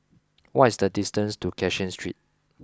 what is the distance to Cashin Street